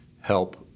Help